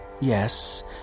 Yes